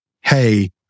Hey